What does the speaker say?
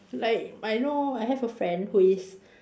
like I know I have a friend who is